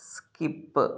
skip